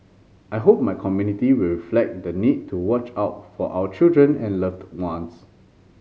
I hope my community will reflect the need to watch out for our children and loved ones